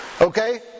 Okay